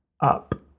up